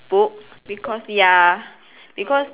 book because ya because